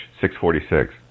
646